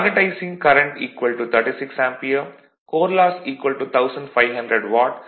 magnetising current 36 ampere core loss 1500 watt mechanical loss 750 what